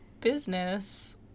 business